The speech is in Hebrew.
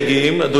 אדוני,